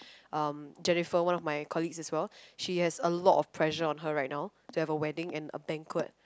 um Jennifer one of my colleagues as well she has a lot of pressure on her right now to have a wedding and a banquet